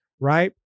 right